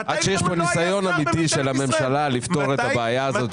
ניסיון אמיתי של הממשלה לפתור את הבעיה הזאת --- אלכס,